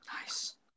Nice